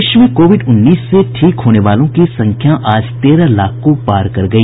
देश में कोविड उन्नीस से ठीक होने वालों की संख्या आज तेरह लाख को पार कर गई